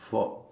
for